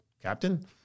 Captain